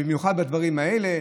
במיוחד בדברים האלה.